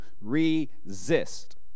resist